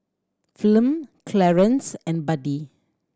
Flem Clarence and Buddie